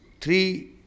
Three